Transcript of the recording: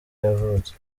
yavutse